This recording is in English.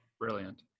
Brilliant